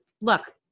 look